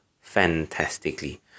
fantastically